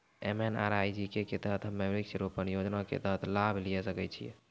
MNREGA के तहत हम्मय वृक्ष रोपण योजना के तहत लाभ लिये सकय छियै?